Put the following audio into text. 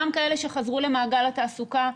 גם כאלה שחזרו למעגל התעסוקה.